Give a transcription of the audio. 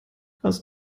hast